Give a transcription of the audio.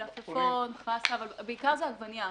מלפפון, חסה, בעיקר זה עגבנייה.